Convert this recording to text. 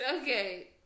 Okay